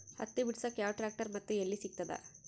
ಹತ್ತಿ ಬಿಡಸಕ್ ಯಾವ ಟ್ರ್ಯಾಕ್ಟರ್ ಮತ್ತು ಎಲ್ಲಿ ಸಿಗತದ?